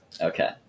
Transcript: Okay